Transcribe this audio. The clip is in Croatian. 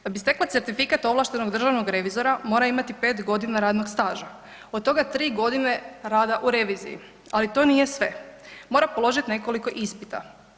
Da bi stekla certifikat ovlaštenog državnog revizora, mora imati 5 g. radnog staža, od toga 3 g. rada u reviziji ali to nije sve, mora položiti nekoliko ispita.